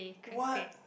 what